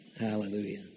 Hallelujah